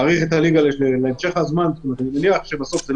והאחד הזה יכול להדביק 20. יש אנשים שגם הדביקו